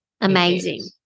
amazing